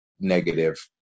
negative